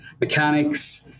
mechanics